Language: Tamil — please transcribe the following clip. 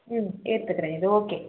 ம் எடுத்துக்கிறேன் இது ஓகே